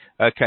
Okay